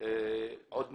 עוד משהו?